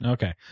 Okay